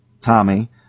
Tommy